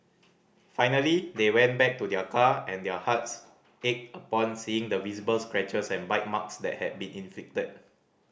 finally they went back to their car and their hearts ached upon seeing the visible scratches and bite marks that had been inflicted